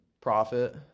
profit